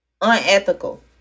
unethical